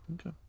okay